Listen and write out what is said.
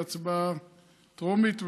בהצבעה טרומית,